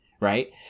right